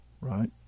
Right